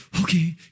okay